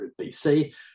BC